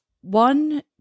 one